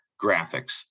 graphics